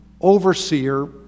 overseer